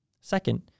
Second